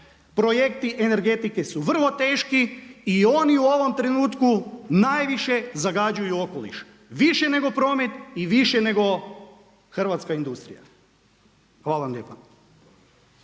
Projekti energetike su vrlo teški i oni u ovom trenutku najviše zagađuju okoliš više nego promet i više nego hrvatska industrija. Hvala vam lijepa.